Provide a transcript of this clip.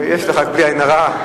בלי עין הרע,